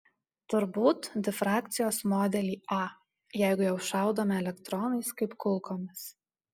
turbūt difrakcijos modelį a jeigu jau šaudome elektronais kaip kulkomis